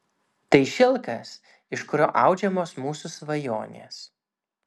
tai šilkas iš kurio audžiamos mūsų svajonės